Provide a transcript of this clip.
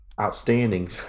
outstanding